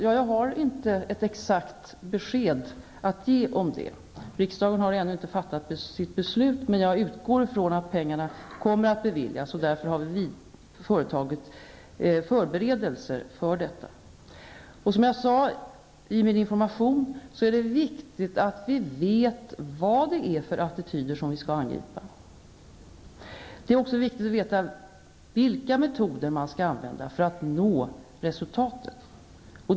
Jag har inte ett exakt besked att ge om detta. Riksdagen har ännu inte fattat sitt beslut, men jag utgår från att pengarna kommer att beviljas, och vi har därför vidtagit förberedelser för detta. Det är, som jag sade i min information, viktigt att vi vet vad det är för attityder vi skall angripa. Det är också viktigt att veta vilka metoder man skall använda för att nå resultat.